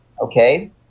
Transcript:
Okay